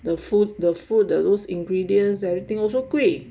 the food the food those ingredients everything also 贵